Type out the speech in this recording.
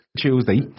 Tuesday